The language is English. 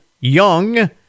Young